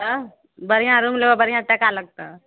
तब बढ़िआँ रूम लेबय बढ़िआँ टाका लगतऽ